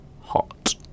Hot